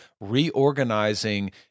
reorganizing